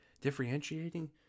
differentiating